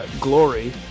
glory